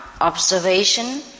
observation